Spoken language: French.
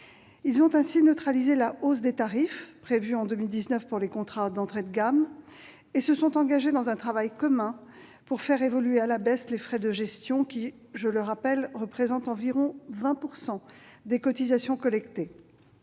ils ont neutralisé la hausse des tarifs prévue cette année pour les contrats d'entrée de gamme et se sont engagés dans un travail commun pour faire évoluer à la baisse les frais de gestion, qui, je le rappelle, représentent environ 20 % des cotisations collectées.